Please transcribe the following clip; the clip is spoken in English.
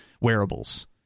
wearables